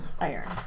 iron